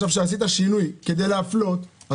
עכשיו שעשית שינוי כדי להפלות,